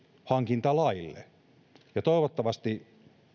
hankintalaille toivottavasti